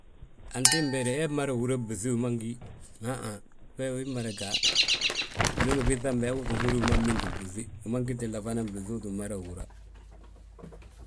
Antiimbi he, hee mmada húri blúŧi wi ma ngíyi, haahaŋ, we wii mmada gaa. Winooni ubiiŧa be uu tti mmada húri wi ma binti blúŧi, wima ngitilla fana uu tti mmadawi húra.